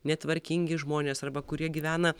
netvarkingi žmonės arba kurie gyvena